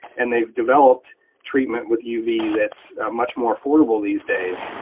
and they've developed treatment with uv that's much more affordable these days,